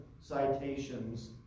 citations